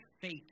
faith